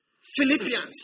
Philippians